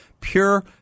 Pure